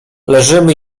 leżymy